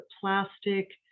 plastic